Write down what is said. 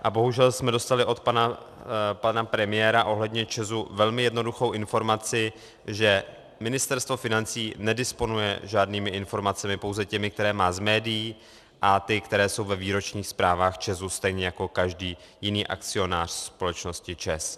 A bohužel jsme dostali od pana premiéra ohledně ČEZu velmi jednoduchou informaci, že Ministerstvo financí nedisponuje žádnými informacemi, pouze těmi, které má z médií a které jsou ve výročních zprávách ČEZu, stejně jako každý jiný akcionář společnosti ČEZ.